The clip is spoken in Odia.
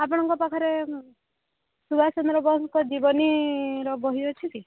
ଆପଣଙ୍କ ପାଖରେ ସୁବାଷ ଚନ୍ଦ୍ର ବୋଷଙ୍କ ଜୀବନୀର ବହି ଅଛି କି